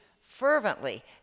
fervently